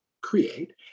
create